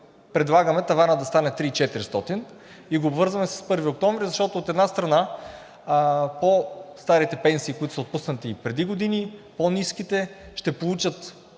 предлагаме таванът да стане 3400 лв. Обвързваме го с 1 октомври, защото от една страна по-старите пенсии, които са отпуснати преди години, по-ниските, ще получат